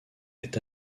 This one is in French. est